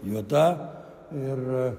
juoda ir